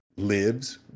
lives